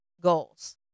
goals